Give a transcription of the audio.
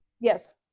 Yes